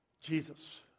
Jesus